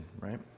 right